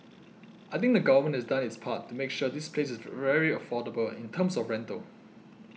I think the government has done its part to make sure this place is very affordable in terms of rental